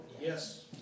Yes